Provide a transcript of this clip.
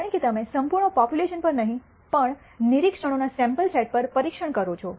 કારણ કે તમે સંપૂર્ણ પોપ્યુલેશન પર નહીં પણ નિરીક્ષણોના સેમ્પલ સેટ પર પરીક્ષણ કરો છો